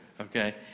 Okay